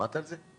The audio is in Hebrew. שמעת על זה?